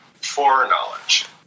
foreknowledge